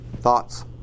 Thoughts